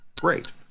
Great